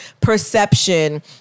perception